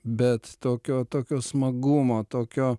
bet tokio tokio smagumo tokio